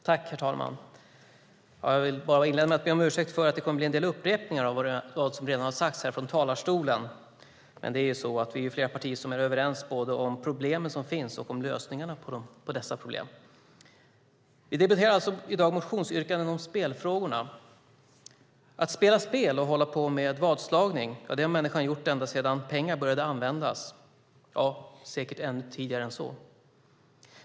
Herr talman! Jag ber inledningsvis om ursäkt för att det kommer att bli en del upprepningar av sådant som redan har sagts från talarstolen. Vi är flera partier som är överens både om problemen som finns och om lösningarna på dessa problem. Vi debatterar i dag motionsyrkanden om spelfrågorna. Spelat spel och hållit på med vadslagning har människan gjort ända sedan pengar började användas och säkert ännu tidigare än så.